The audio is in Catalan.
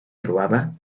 trobava